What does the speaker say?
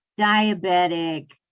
diabetic